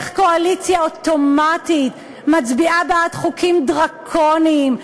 איך קואליציה אוטומטית מצביעה בעד חוקים דרקוניים,